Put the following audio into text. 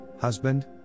husband